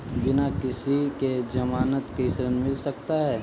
बिना किसी के ज़मानत के ऋण मिल सकता है?